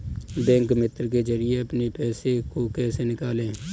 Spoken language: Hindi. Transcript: बैंक मित्र के जरिए अपने पैसे को कैसे निकालें?